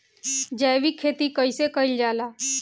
जैविक खेती कईसे कईल जाला?